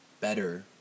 better